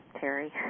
Terry